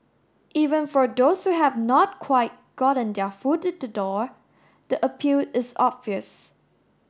even for those who have not quite gotten their foot the door the appeal is obvious